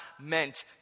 meant